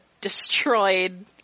destroyed